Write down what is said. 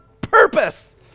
purpose